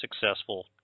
successful